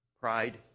Pride